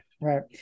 right